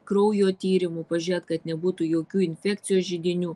kraujo tyrimu pažiūrėt kad nebūtų jokių infekcijos židinių